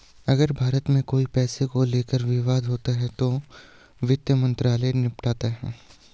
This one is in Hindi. अगर भारत में कोई पैसे को लेकर विवाद होता है तो वित्त मंत्रालय निपटाता है